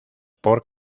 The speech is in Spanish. por